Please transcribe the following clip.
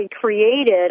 created